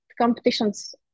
Competitions